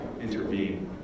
intervene